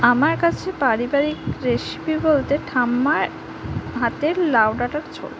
আমার কাছে পারিবারিক রেসিপি বলতে ঠাম্মার হাতের লাউ ডাঁটার ঝোল